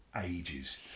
ages